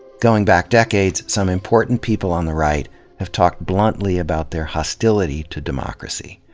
going back decades, some important people on the right have talked bluntly about their hostility to democracy.